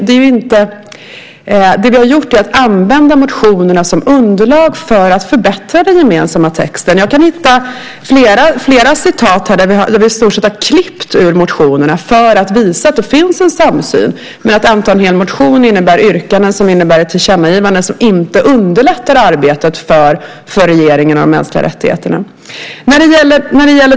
Det vi har gjort är att använda motionerna som underlag för att förbättra den gemensamma texten. Jag kan hitta flera citat där vi i stort sett har klippt från motionerna för att visa att det finns en samsyn. Men en del motioner har yrkanden som innebär ett tillkännagivande som inte underlättar arbetet för regeringen med mänskliga rättigheter.